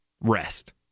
Rest